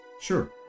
Sure